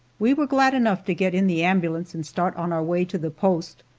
we were glad enough to get in the ambulance and start on our way to the post,